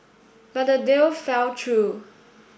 but the deal fell through